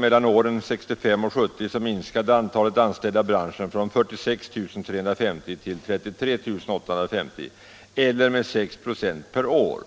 Mellan 1965 och 1970 minskade antalet anställda i branschen från 46 350 till 33 850, eller med 6 96 per år.